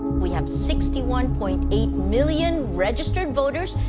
we have sixty one point eight million registered voters.